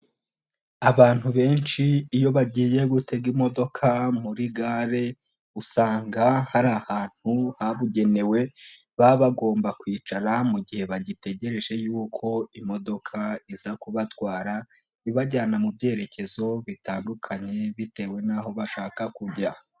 Abantu benshi ,iyo bagiye gutega imodoka muri gare, usanga hari ahantu habugenewe baba bagomba kwicara mu gihe bagitegereje yuko imodoka iza kubatwara, ibajyana mu byerekezo bitandukanye bitewe n'aho bashaka kujya,